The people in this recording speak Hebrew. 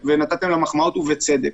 נתתם לה מחמאות, ובצדק.